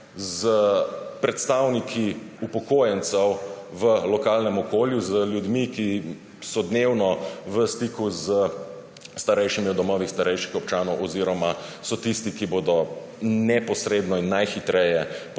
s predstavniki upokojencev v lokalnem okolju, z ljudmi, ki so dnevno v stiku s starejšimi v domovih starejših občanov oziroma so tisti, ki bodo neposredno in najhitreje potrebovali